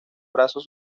brazos